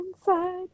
inside